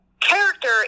character